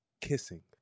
kissing